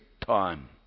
time